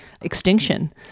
extinction